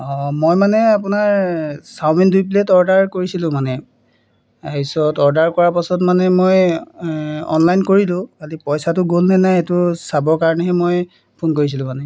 অঁ মই মানে আপোনাৰ চাওমিন দুই প্লে'ট অৰ্ডাৰ কৰিছিলোঁ মানে তাৰপিছত অৰ্ডাৰ কৰাৰ পাছত মানে মই অনলাইন কৰিলোঁ খালি পইচাটো গ'ল নে নাই সেইটো চাবৰ কাৰণেহে মই ফোন কৰিছিলোঁ মানে